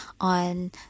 on